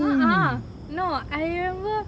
a'ah no I remember